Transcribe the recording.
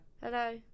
Hello